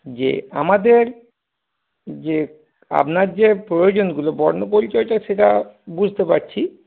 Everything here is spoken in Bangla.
যে আমাদের যে আপনার যে প্রয়োজনগুলো বর্ণপরচয়টা সেটা বুঝতে পারছি